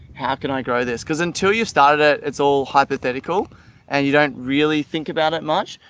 how can i grow this? because until you started at. it's all hypothetical and you don't really think about it much,